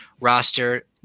roster